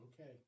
Okay